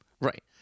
Right